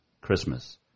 Christmas